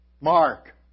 Mark